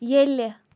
ییٚلہِ